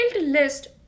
list